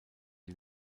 die